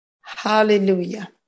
Hallelujah